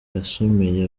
yasomeye